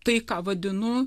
tai ką vadinu